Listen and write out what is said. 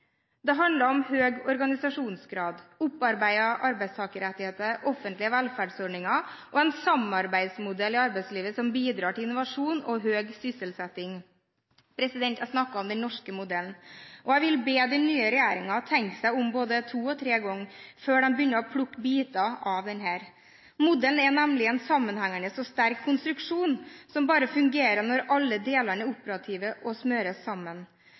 Det handler om høy organisasjonsgrad, opparbeidede arbeidstakerrettigheter, offentlige velferdsordninger og en samarbeidsmodell i arbeidslivet som bidrar til innovasjon og høy sysselsetting. Jeg snakker om den norske modellen. Og jeg vil be den nye regjeringen tenke seg om både to og tre ganger før den begynner å plukke biter av denne. Modellen er nemlig en sammenhengende og sterk konstruksjon som bare fungerer når alle delene er operative og smøres sammen.